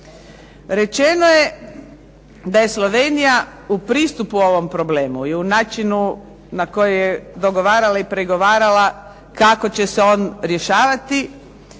Rečeno je da je Slovenija u pristupu ovom problemu, i u načinu na koji je dogovarala i pregovarala kako će se on rješavati